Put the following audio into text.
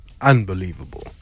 unbelievable